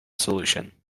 solution